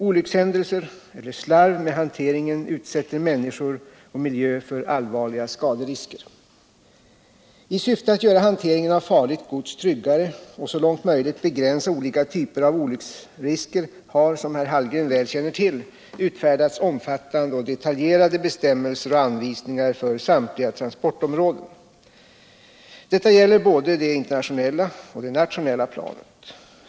Olyckshändelser eller slarv med hanteringen utsätter människor och miljö för allvarliga skaderisker. I syfte att göra hanteringen av farligt gods tryggare och så långt möjligt begränsa olika typer av olycksrisker har — som herr Hallgren väl känner till — utfärdats omfattande och detaljerade bestämmelser och anvisningar för samtliga transportområden. Detta gäller på både det internationella och det nationella planet.